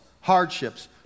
hardships